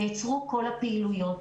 נעצרו כל הפעילויות.